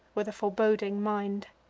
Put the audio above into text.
with a foreboding mind.